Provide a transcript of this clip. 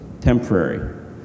temporary